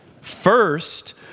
First